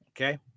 Okay